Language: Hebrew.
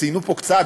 ציינו פה קצת,